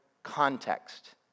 Context